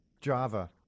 Java